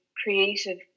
creative